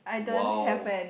!wow!